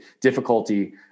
difficulty